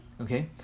Okay